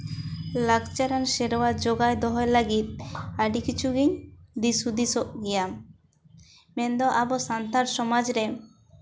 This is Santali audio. ᱞᱟᱠᱪᱟᱨ ᱟᱱ ᱥᱮᱨᱣᱟ ᱡᱚᱜᱟᱣ ᱫᱚᱦᱚᱭ ᱞᱟᱹᱜᱤᱫ ᱟᱹᱰᱤ ᱠᱤᱪᱷᱩ ᱜᱤᱧ ᱫᱤᱥ ᱦᱩᱫᱤᱥᱚᱜ ᱜᱮᱭᱟ ᱢᱮᱱᱫᱚ ᱟᱵᱚ ᱥᱟᱱᱛᱟᱲ ᱥᱚᱢᱟᱡᱽ ᱨᱮ